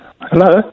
Hello